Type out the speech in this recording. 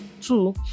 two